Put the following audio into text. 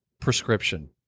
prescription